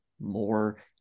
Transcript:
more